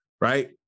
right